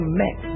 met